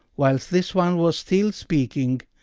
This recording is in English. whilst this one was still speaking,